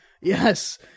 Yes